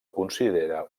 considera